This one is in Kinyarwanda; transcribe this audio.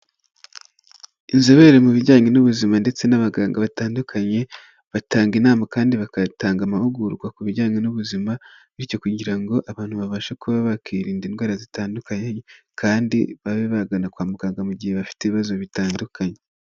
Inzobere mu bijyanye n'ubuzima ndetse n'abaganga batandukanye, batanga inama kandi bakanatanga amahugurwa ku bijyanye n'ubuzima, bityo kugira ngo abantu babashe kuba bakirinda indwara zitandukanye, kandi babe bagana kwa muganga mu gihe bafite ibibazo bitandukanye.